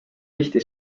tihti